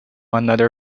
another